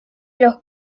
los